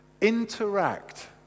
interact